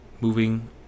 moving